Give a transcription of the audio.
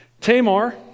Tamar